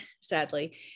sadly